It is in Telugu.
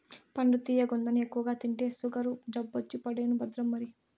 పండు తియ్యగుందని ఎక్కువగా తింటే సుగరు జబ్బొచ్చి పడేను భద్రం మరి